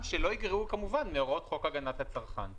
גם אם לא היינו כותבים בחוק שהמנהל רשאי לקבוע תנאים ברישיון,